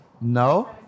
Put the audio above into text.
no